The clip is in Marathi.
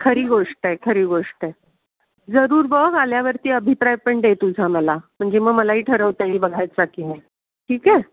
खरी गोष्ट आहे खरी गोष्ट आहे जरूर बघ आल्यावरती अभिप्राय पण दे तुझा मला म्हणजे मग मलाही ठरवता येईल बघायचा की नाही ठीक आहे